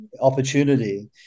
opportunity